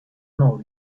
more